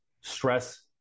stress